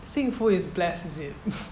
幸福 is bless is it